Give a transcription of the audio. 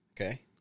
Okay